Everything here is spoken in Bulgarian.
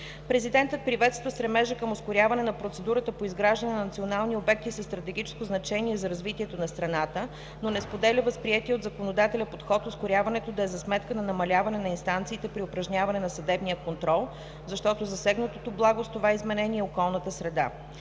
Президентът приветства стремежа към ускоряване на процедурата по изграждане на национални обекти със стратегическо значение за развитието на страната, но не споделя възприетия от законодателя подход ускоряването да е за сметка на намаляване на инстанциите при упражняване на съдебния контрол, защото засегнатото благо с това изменение е околната среда.